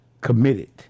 committed